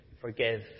forgive